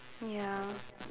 ya